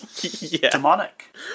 demonic